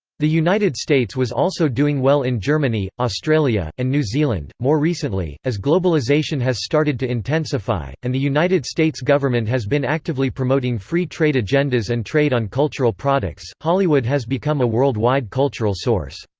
the united states was also doing well in germany, australia, and new zealand more recently, as globalization has started to intensify, and the united states government has been actively promoting free trade agendas and trade on cultural products, hollywood has become a worldwide cultural source.